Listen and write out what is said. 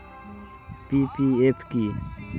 PPF কি?